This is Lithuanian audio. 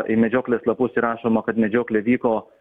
į medžioklės lapus įrašoma kad medžioklė vyko